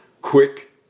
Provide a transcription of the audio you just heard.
quick